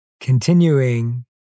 Continuing